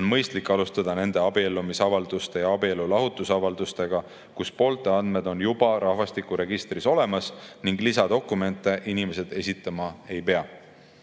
on mõistlik alustada nende abiellumisavalduste ja abielulahutusavaldustega, kus poolte andmed on juba rahvastikuregistris olemas ning lisadokumente inimesed esitama ei pea.